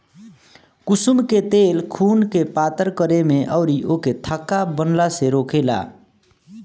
कुसुम के तेल खुनके पातर करे में अउरी ओके थक्का बनला से रोकेला